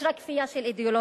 יש רק כפייה של אידיאולוגיה.